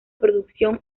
producción